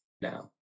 now